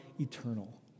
eternal